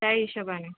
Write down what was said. त्या हिशोबाने